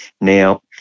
Now